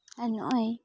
ᱟᱨ ᱱᱚᱜᱼᱚᱭ